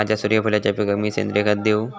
माझ्या सूर्यफुलाच्या पिकाक मी सेंद्रिय खत देवू?